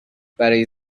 برای